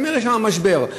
אז יש שם משבר,